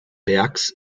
bergs